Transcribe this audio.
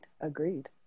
agreed